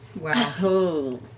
Wow